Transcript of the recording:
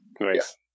Nice